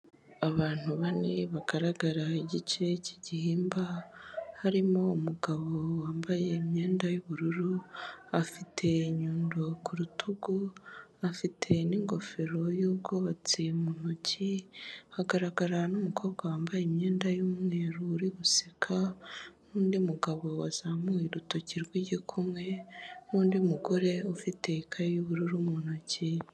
Abantu bane bagaragara igice cy'igihimba harimo umugabo wambaye imyenda y'ubururu afite inyundo ku rutugu afite n'ingofero y'ubwubatsi mu ntoki hagaragara n'umukobwa wambaye imyenda y'umweru uri guseka n'undi mugabo wazamuye urutoki rw'igikumwe n'undi mugore ufite ikaye y'ubururu mu ntoki.